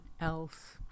else